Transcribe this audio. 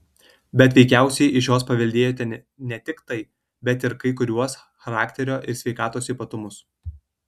bet veikiausiai iš jos paveldėjote ne tik tai bet ir kai kuriuos charakterio ir sveikatos ypatumus